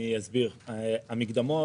המקדמות,